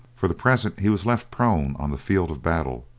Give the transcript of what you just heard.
for the present he was left prone on the field of battle,